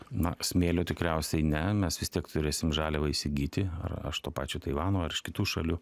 na smėlio tikriausiai ne mes vis tiek turėsim žaliavą įsigyti ar aš to pačio taivano ar iš kitų šalių